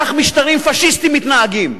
כך משטרים פאשיסטיים מתנהגים.